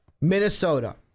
Minnesota